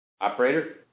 operator